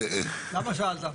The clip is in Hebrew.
למה שאלת?